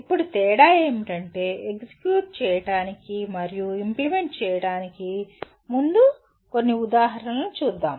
ఇప్పుడు తేడా ఏమిటంటేఎగ్జిక్యూట్ చేయడానికి మరియు ఇంప్లిమెంట్ చేయడానికి ముందు కొన్ని ఉదాహరణలను చూద్దాం